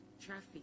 traffic